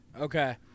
Okay